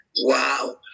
Wow